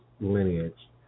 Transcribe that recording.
lineage